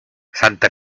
santa